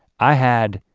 i had